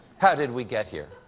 how did we get here?